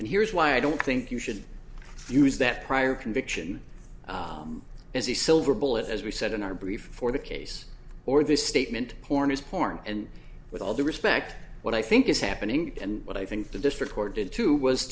and here's why i don't think you should use that prior conviction as the silver bullet as we said in our brief for the case or this statement horner's porn and with all due respect what i think is happening and what i think the district court did too was